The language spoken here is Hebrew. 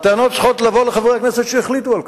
הטענות צריכות לבוא אל חברי הכנסת שהחליטו על כך,